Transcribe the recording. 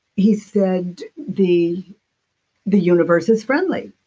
he said the the universe is friendly,